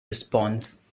response